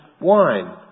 wine